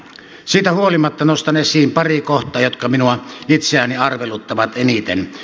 siitä huolimatta nostan esiin pari kohtaa jotka minua itseäni arveluttavat eniten